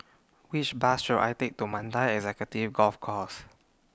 Which Bus should I Take to Mandai Executive Golf Course